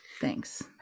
Thanks